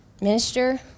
minister